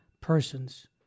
persons